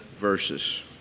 verses